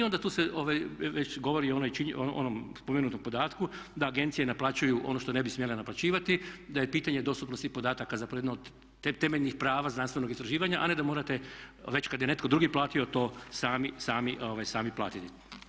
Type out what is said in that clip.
I onda tu se već govori o onom spomenutom podatku da agencije naplaćuju ono što ne bi smjele naplaćivati, da je pitanje dostupnosti podataka zapravo jedno od temeljnih prava znanstvenog istraživanja, a ne da morate već kad je netko drugi platio to sami platiti.